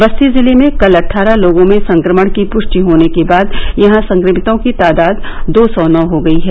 बस्ती जिले में कल अटठारह लोगों में संक्रमण की पृष्टि होने के बाद यहां संक्रमितों की तादाद दो सौ नौ हो गयी है